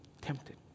tempted